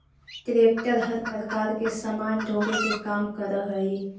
tractor हर प्रकार के सामान ढोवे के काम करऽ हई